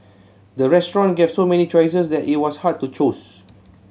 the restaurant gave so many choices that it was hard to choose